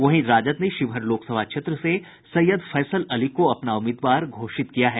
वहीं राजद ने शिवहर लोकसभा क्षेत्र से सैयद फैसल अली को अपना उम्मीदवार घोषित किया है